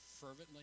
fervently